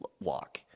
walk